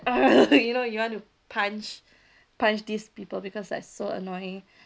ugh you know you want to punch punch these people because like so annoying